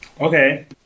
Okay